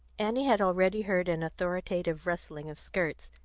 annie had already heard an authoritative rustling of skirts,